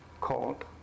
called